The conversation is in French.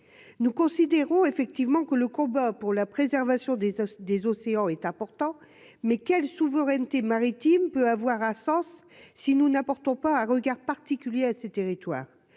nous considérons effectivement que le combat pour la préservation des hausses des océans est important mais quelle souveraineté maritime peut avoir un sens si nous n'apportons pas un regard particulier à ces territoires